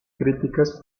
críticas